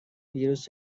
ویروس